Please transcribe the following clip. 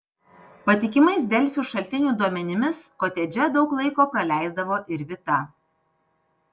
patikimais delfi šaltinių duomenimis kotedže daug laiko praleisdavo ir vita